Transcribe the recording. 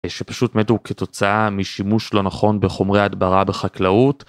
שפשוט מתו כתוצאה משימוש לא נכון בחומרי הדברה בחקלאות.